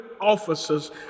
officers